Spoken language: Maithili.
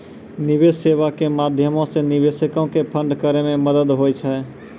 निवेश सेबा के माध्यमो से निवेशको के फंड करै मे मदत होय छै